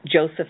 Joseph